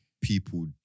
people